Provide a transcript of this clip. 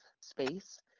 space